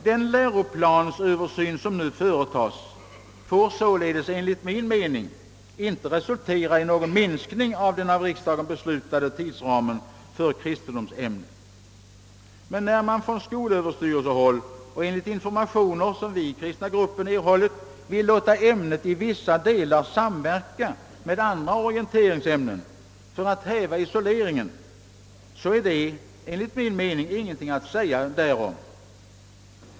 Den läroplansöversyn som nu företages får enligt min mening således inte resultera i någon minskning av den av riksdagen beslutade tidsramen för kristendomsämnet. När man från skolöverstyrelsen, enligt informationer som vi i Kristna gruppen har erhållit, vill låta ämnet i vissa delar samverka med andra orienteringsämnen för att häva isoleringen är det dock ingenting att säga därom.